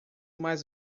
mais